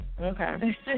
Okay